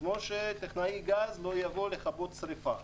כמו שטכנאי גז לא יבוא לכבות שריפה.